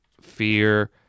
fear